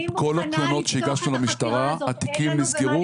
כל התלונות שהגשנו למשטרה התיקים נסגרו